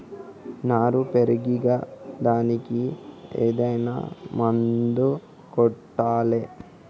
నారు పెరిగే దానికి ఏదైనా మందు కొట్టాలా?